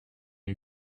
who